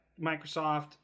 microsoft